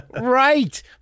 Right